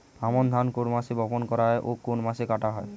আমন ধান কোন মাসে বপন করা হয় ও কোন মাসে কাটা হয়?